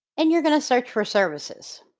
and you're going to search for services.